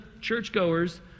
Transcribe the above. churchgoers